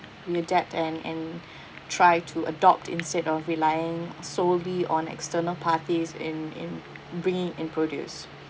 we adapt and and try to adopt instead of relying solely on external parties in in bringing and produce